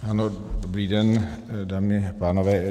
Ano, dobrý den, dámy a pánové.